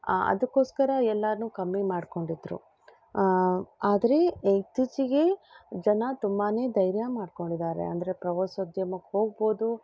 ಅದಕ್ಕೋಸ್ಕರ ಎಲ್ಲಾನು ಕಮ್ಮಿ ಮಾಡಿಕೊಂಡಿದ್ರು ಆದರೆ ಇತ್ತೀಚಿಗೆ ಜನ ತುಂಬಾ ಧೈರ್ಯ ಮಾಡ್ಕೊಂಡಿದ್ದಾರೆ ಅಂದರೆ ಪ್ರವಾಸೋದ್ಯಮಕ್ಕೆ ಹೋಗ್ಬೋದು